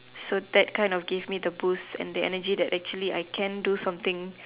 so that kind of gave me the boost and energy that actually I can do something